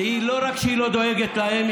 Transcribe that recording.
שלא רק שהיא לא דואגת להם,